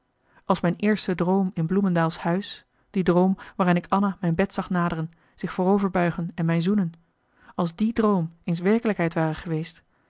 als mijn eerste droom in bloemendaels huis die droom waarin ik anna mijn bed zag naderen zich vooroverbuigen en mij zoenen als die droom eens werkelijkheid ware geweest